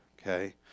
Okay